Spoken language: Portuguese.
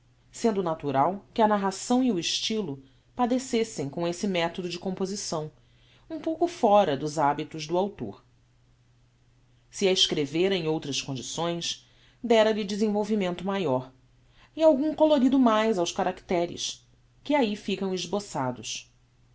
sendo natural que a narração e o estylo padecessem com esse methodo de composição um pouco fóra dos hábitos do autor se a escrevêra em outras condições dera-lhe desenvolvimento maior e algum colorido mais aos caracteres que ahi ficam esboçados